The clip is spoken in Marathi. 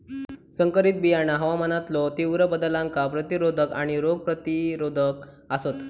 संकरित बियाणा हवामानातलो तीव्र बदलांका प्रतिरोधक आणि रोग प्रतिरोधक आसात